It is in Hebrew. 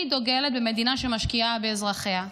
אני דוגלת במדינה שמשקיעה באזרחיה,